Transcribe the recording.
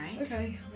okay